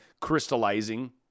crystallizing